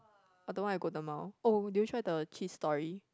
or the one at Golden-Mile oh did you try the Cheese Story